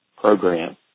program